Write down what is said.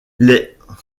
les